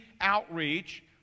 outreach